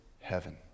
heaven